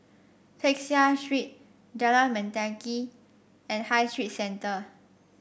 Peck Seah Street Jalan Mendaki and High Street Centre